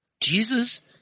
Jesus